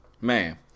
Man